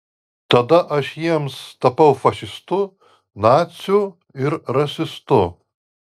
tada aš jiems tapau fašistu naciu ir rasistu